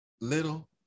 little